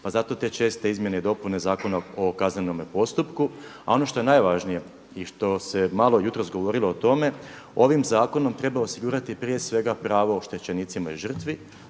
pa zato te česte izmjene i dopune Zakona o kaznenome postupku. A ono što je najvažnije i što se malo jutros govorilo o tome, ovim zakonom treba osigurati prije svega pravo oštećenicima i žrtvi,